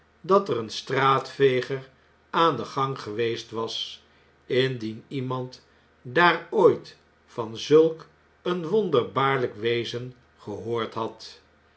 dat er een straatveger aan den gang geweest was indien iemand daar ooit van zulk een wonderbaarljjk wezen gehoord had